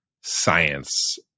science